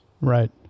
Right